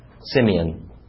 Simeon